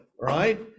right